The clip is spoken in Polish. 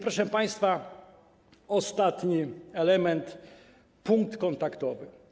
Proszę państwa, ostatni element - punkt kontaktowy.